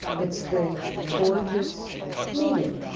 it's the gorgeous median